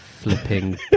Flipping